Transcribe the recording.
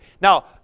Now